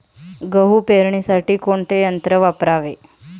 गहू पेरणीसाठी कोणते यंत्र वापरावे?